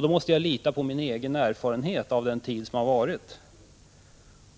Då måste jag lita på min egen erfarenhet av den tid som varit.